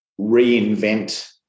reinvent